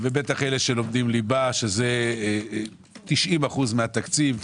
בטח אלה שלומדים ליבה שזה 90% מהתקציב,